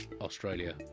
australia